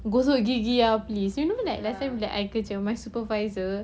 gosok gigi ah please you know like last time like I kerja my supervisor